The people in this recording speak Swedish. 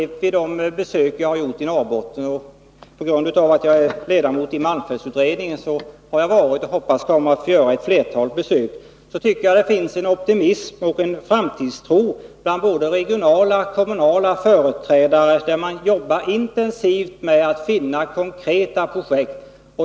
Vid de besök jag har gjort i Norrbotten — jag har varit där bl.a. på grund av att jag är ledamot i malmfältsutredningen, och jag hoppas att få göra ytterligare besök där — har jag upplevt att det finns en optimism och framtidstro bland både regionala och kommunala företrädare och att man jobbar intensivt med att finna konkreta projekt.